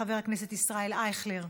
חבר הכנסת ישראל אייכלר,